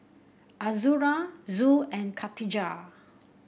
Azura Zul and Katijah